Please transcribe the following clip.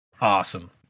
awesome